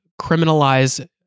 criminalize